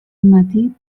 matí